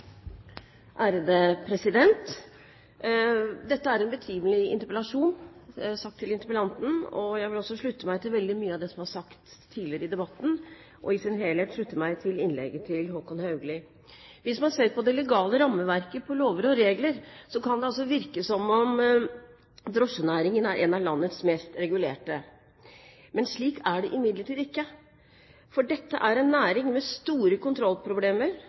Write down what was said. en betimelig interpellasjon – sagt til interpellanten. Jeg vil også slutte meg til veldig mye av det som er sagt tidligere i debatten, og i sin helhet slutte meg til innlegget til Håkon Haugli. Hvis man ser på det legale rammeverket – på lover og regler – kan det altså virke som om drosjenæringen er en av landets mest regulerte, men slik er det ikke. Dette er en næring med store kontrollproblemer